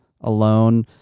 Alone